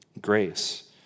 grace